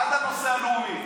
עד הנושא הלאומי.